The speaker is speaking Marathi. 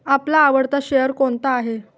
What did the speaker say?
आपला आवडता शेअर कोणता आहे?